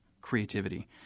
creativity